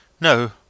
No